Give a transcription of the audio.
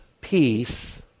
peace